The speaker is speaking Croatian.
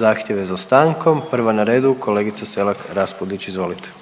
zahtjeve za stankom. Prva na redu kolegica Selak-Raspudić, izvolite.